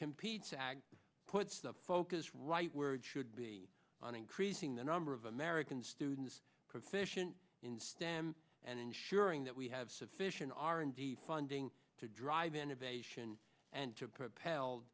competes ag puts the focus right where it should be on increasing the number of american students proficient in stem and ensure being that we have sufficient r and d funding to drive innovation and to propel